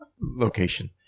location